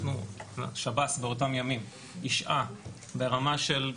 אנחנו שב"ס באותם ימים, הישעה - ברמה של,